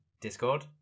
Discord